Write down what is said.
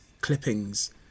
clippings